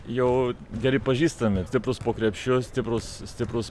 jau geri pažįstami stiprūs po krepšiu stiprūs stiprūs